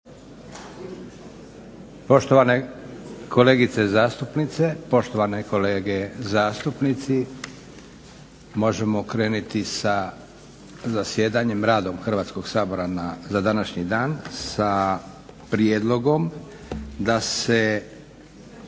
Poštovane kolegice zastupnice, poštovane kolege zastupnici možemo krenuti sa zasjedanjem radom Hrvatskog sabora za današnji dan sa prijedlogom da se